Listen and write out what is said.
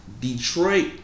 Detroit